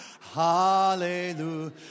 Hallelujah